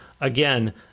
again